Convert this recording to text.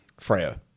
Freo